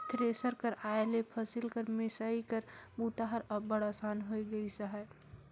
thresher कर आए ले फसिल कर मिसई कर बूता हर अब्बड़ असान होए गइस अहे